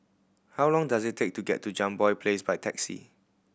how long does it take to get to Jambol Place by taxi